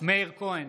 מאיר כהן,